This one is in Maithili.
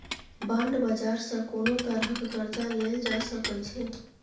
बांड बाजार सँ कोनो तरहक कर्जा लेल जा सकै छै